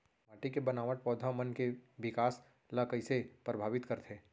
माटी के बनावट पौधा मन के बिकास ला कईसे परभावित करथे